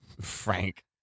Frank